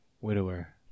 Widower